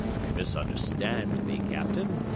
you misunderstand me, captain,